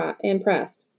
impressed